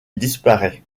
disparaît